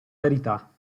verità